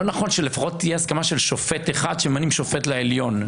לא נכון שלפחות תהיה הסכמה של שופט אחד כשממנים שופט לעליון?